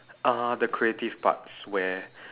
uh the creative parts where